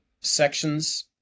sections